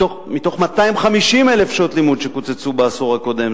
מתוך 250,000 שעות לימוד שקוצצו בעשור הקודם.